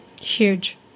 Huge